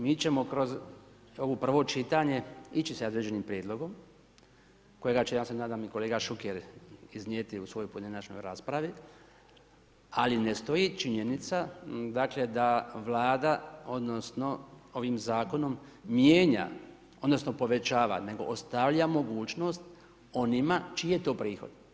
Mi ćemo kroz ovo prvo čitanje ići sa određenim prijedlogom koja će, ja se nadam i kolega Šuker iznijeti u svojoj pojedinačnoj raspravi, ali ne stoji činjenica dakle, da Vlada odnosno ovim Zakonom mijenja odnosno povećava nego ostavlja mogućnost onima čiji je to prihod.